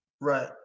right